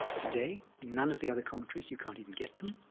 today, none of the other commentaries, you can't even get them.